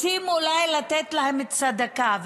רוצים אולי לתת להם צדקה.